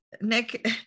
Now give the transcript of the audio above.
Nick